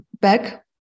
back